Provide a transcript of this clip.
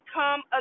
come